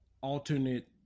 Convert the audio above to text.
Alternate